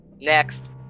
Next